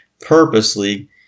purposely